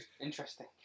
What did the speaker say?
Interesting